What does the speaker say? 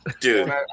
Dude